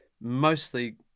Mostly